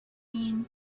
mean